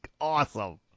awesome